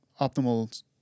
optimal